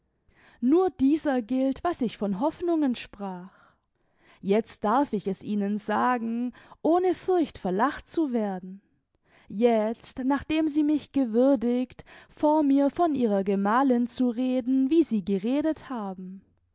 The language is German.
nur dieser gilt was ich von hoffnungen sprach jetzt darf ich es ihnen sagen ohne furcht verlacht zu werden jetzt nachdem sie mich gewürdiget vor mir von ihrer gemalin zu reden wie sie geredet haben